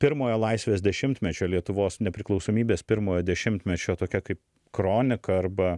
pirmojo laisvės dešimtmečio lietuvos nepriklausomybės pirmojo dešimtmečio tokia kaip kronika arba